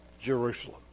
jerusalem